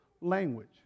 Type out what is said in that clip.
language